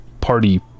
party